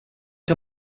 que